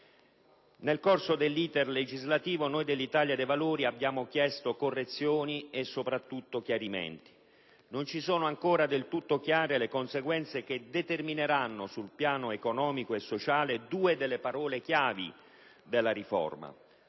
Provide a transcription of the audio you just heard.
Nel corso dell'*iter* legislativo noi dell'Italia dei Valori abbiamo chiesto correzioni e soprattutto chiarimenti. Non ci sono ancora del tutto chiare le conseguenze che determineranno sul piano economico e sociale due delle parole chiave della riforma,